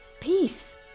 Peace